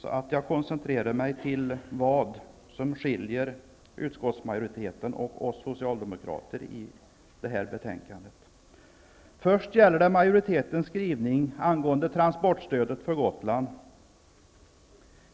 Jag skall koncentrera mig på vad som i detta betänkande skiljer utskottsmajoriteten från oss socialdemokrater. Det gäller först och främst majoritetens skrivning angående transportstödet för Gotland.